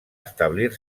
establir